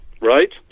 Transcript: right